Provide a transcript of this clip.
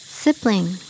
sibling